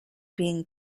being